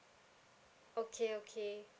okay okay